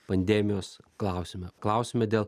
pandemijos klausime klausime dėl